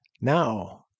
Now